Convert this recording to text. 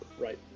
right